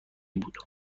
بود